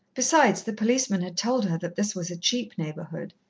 besides, the policeman had told her that this was a cheap neighbourhood.